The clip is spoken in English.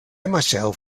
myself